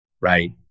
right